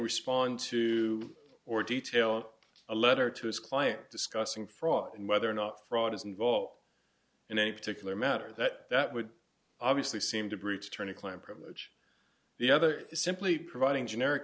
respond to or detail in a letter to his client discussing fraud and whether or not fraud is involved in any particular matter that that would obviously seem to breach tourney client privilege the other is simply providing generic